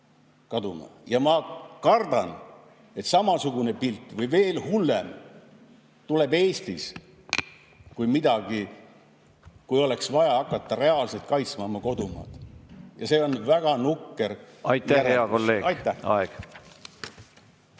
Ma kardan, et samasugune pilt või veel hullem avaneb Eestis, kui oleks vaja hakata reaalselt kaitsma oma kodumaad. Ja see on väga nukker. Aitäh, hea kolleeg! Aeg!